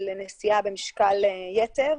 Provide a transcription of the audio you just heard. מכאן אני מגיע לסייבר וואן.